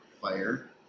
fire